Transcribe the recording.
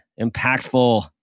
impactful